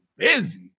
Busy